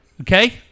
Okay